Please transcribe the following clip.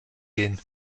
gehen